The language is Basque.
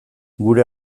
gure